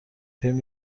فیلم